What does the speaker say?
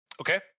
Okay